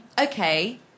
Okay